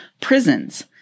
prisons